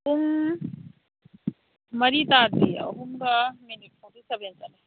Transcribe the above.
ꯄꯨꯡ ꯃꯔꯤ ꯇꯥꯗ꯭ꯔꯤꯌꯦ ꯑꯍꯨꯝꯒ ꯃꯤꯅꯤꯠ ꯐꯣꯔꯇꯤ ꯁꯕꯦꯟ ꯆꯠꯂꯦ